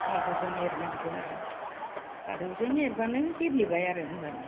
माबाजों एरनांगौ आरो खादौजों एरबानो गेब्लेबाय आरो होनबाना